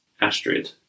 Astrid